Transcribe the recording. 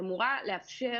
היא אמורה לאפשר